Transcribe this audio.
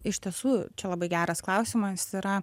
iš tiesų čia labai geras klausimas yra